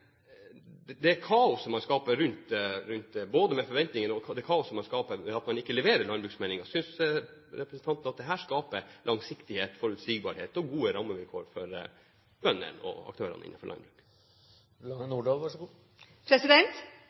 at det kaoset man skaper rundt forventningene, og det kaoset man skaper ved at man ikke leverer landbruksmeldingen, skaper langsiktighet, forutsigbarhet og gode rammevilkår for bøndene og aktørene